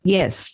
Yes